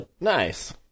Nice